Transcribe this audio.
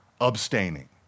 abstaining